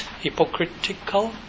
hypocritical